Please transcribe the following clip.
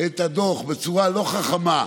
את הדוח בצורה לא חכמה,